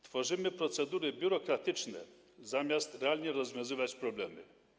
Tworzymy procedury biurokratyczne, zamiast realnie rozwiązywać problemy.